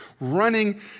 running